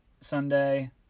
Sunday